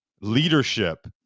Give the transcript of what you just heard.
leadership